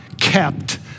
kept